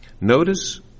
notice